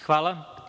Hvala.